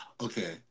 Okay